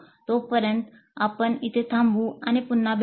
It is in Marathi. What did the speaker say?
तोपर्यंत आम्ही थांबू आणि पुन्हा भेटू